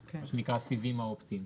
מה שנקרא הסיבים האופטיים.